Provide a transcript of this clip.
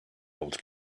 old